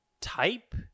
type